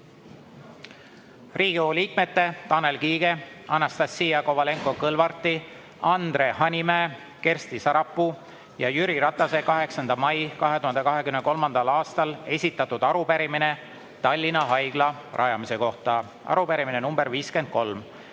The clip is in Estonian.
Riigikogu liikmete Tanel Kiige, Anastassia Kovalenko-Kõlvarti, Andre Hanimäe, Kersti Sarapuu ja Jüri Ratase 8. mail 2023. aastal esitatud arupärimine Tallinna Haigla rajamise kohta, arupärimine nr 53.